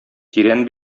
тирән